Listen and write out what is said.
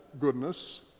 goodness